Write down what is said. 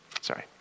Sorry